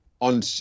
on